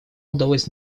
удалось